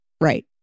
Right